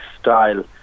style